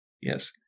Yes